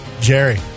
jerry